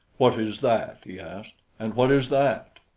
what is that? he asked. and what is that?